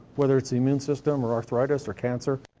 whether it's the immune system or arthritis or cancer.